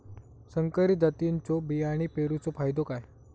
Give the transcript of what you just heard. संकरित जातींच्यो बियाणी पेरूचो फायदो काय?